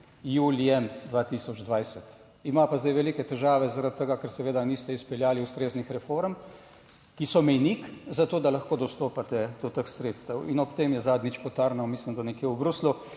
julijem 2020, ima pa zdaj velike težave, zaradi tega, ker seveda niste izpeljali ustreznih reform, ki so mejnik za to, da lahko dostopate do teh sredstev. In ob tem je zadnjič potarnal, mislim da nekje v Bruslju,